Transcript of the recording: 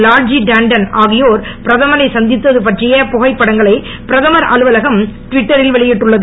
லால்ஜி டான்டன் ஆகியோர் பிரதமரை சந்தித்து பற்றிய புகைப்படங்களை பிரதமர் அலுவலகம் டிவிட்டரில் வெளியிட்டுள்ளது